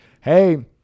hey